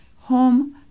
Home